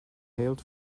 hailed